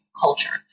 culture